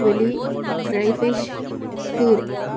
వెలీ క్రైఫిష్ టూర్